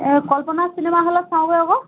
এই কল্পনা চিনেমা হলত চাওঁগৈ আকৌ